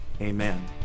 amen